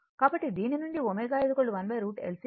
దీని నుండి ω 1√ L C కంటే తక్కువ పొందుతాము